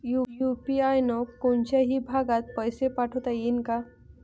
UPI न कोनच्याही भागात पैसे पाठवता येईन का?